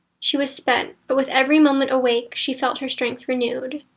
she was spent, but with every moment awake she felt her strength renewed.